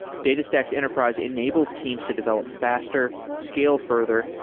datastax enterprise enables teams to develop faster, scale further,